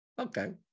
okay